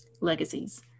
Legacies